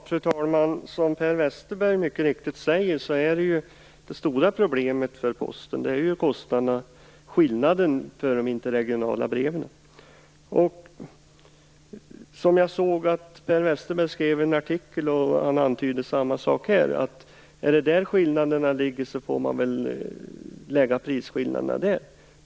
Fru talman! Som Per Westerberg mycket riktigt säger är det stora problemet för Posten skillnaden i kostnader för de interregionala breven. Jag såg att Per Westerberg skrev i en artikel, och han antyder samma sak här, att om det är där skillnaderna finns får man ta ut prisskillnaderna där.